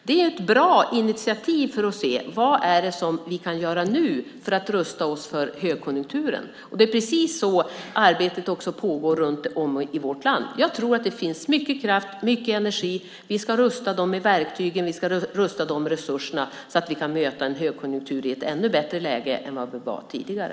Det är ett bra initiativ för att se: Vad är det som vi kan göra nu för att rusta oss för högkonjunkturen? Det är precis så arbetet också pågår runt om i vårt land. Jag tror att det finns mycket kraft, mycket energi. Vi ska rusta dem med verktygen. Vi ska rusta dem med resurserna, så att vi kan möta en högkonjunktur i ett ännu bättre läge än vad vi var i tidigare.